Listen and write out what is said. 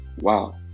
Wow